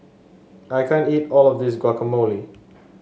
I can't eat all of this Guacamole